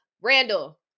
Randall